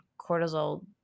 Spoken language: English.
cortisol